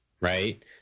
right